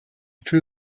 true